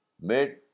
made